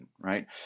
right